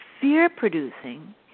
fear-producing